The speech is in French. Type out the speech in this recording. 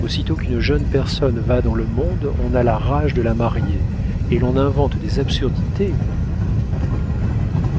aussitôt qu'une jeune personne va dans le monde on a la rage de la marier et l'on invente des absurdités